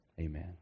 Amen